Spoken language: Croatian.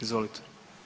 Izvolite.